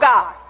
God